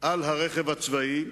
על הרכב הצבאי,